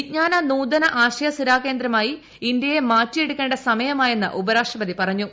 വിജ്ഞാന നൂതന ആശയ സിരാകേന്ദ്രമായി ഇന്ത്യയെ മാറ്റിയെടുക്കേണ്ട സമയമായെന്ന് ഉപരാഷ്ട്രപതി പറഞ്ഞു